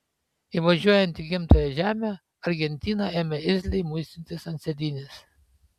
įvažiuojant į gimtąją žemę argentina ėmė irzliai muistytis ant sėdynės